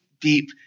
deep